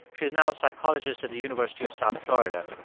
she's now a psychologist at the university of south florida.